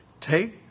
Take